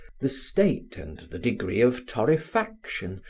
the state and the degree of torrefaction,